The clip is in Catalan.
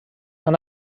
han